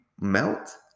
melt